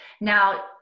Now